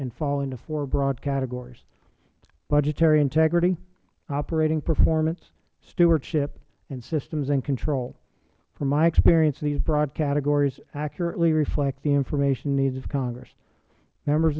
and fall into four broad categories budgetary integrity operating performance stewardship and systems and control from my experience these broad categories accurately reflect the information needs of congress members